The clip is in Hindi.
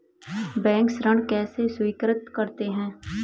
बैंक ऋण कैसे स्वीकृत करते हैं?